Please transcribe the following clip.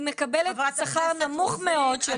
היא מקבלת שכר נמוך מאוד.